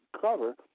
cover